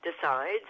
decides